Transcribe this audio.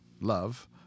love